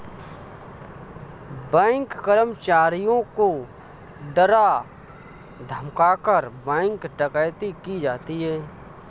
bank कर्मचारियों को डरा धमकाकर, बैंक डकैती की जाती है